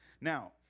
Now